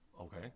Okay